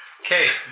Okay